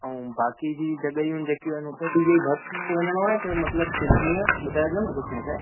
ऐं बाक़ी जी जॻहियूं आहिनि जेकियूं आहिनि उते बि बस में वञिणो आहे की न मतिलबु कीअं ॿुधाइजो न कुझु मूंखे